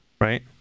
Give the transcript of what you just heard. Right